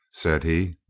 said he.